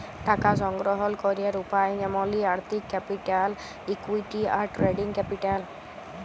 টাকা সংগ্রহল ক্যরের উপায় যেমলি আর্থিক ক্যাপিটাল, ইকুইটি, আর ট্রেডিং ক্যাপিটাল